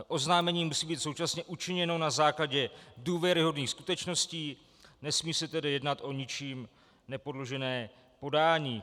Oznámení musí být současně učiněno na základě důvěryhodných skutečností, nesmí se tedy jednat o ničím nepodložené podání.